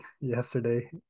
yesterday